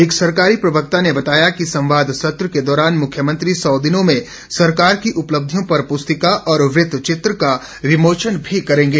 एक सरकारी प्रवक्ता ने बताया कि संवाद सत्र के दौरान मुख्यमंत्री सौ दिनों में सरकार की उपलब्धियों पर पुस्तिका और वृत्त चित्र का विमोचन भी करेंगे